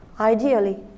Ideally